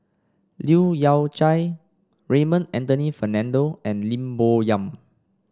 Leu Yew Chye Raymond Anthony Fernando and Lim Bo Yam